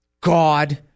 God